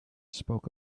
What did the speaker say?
spoke